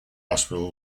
hospital